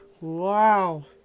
Wow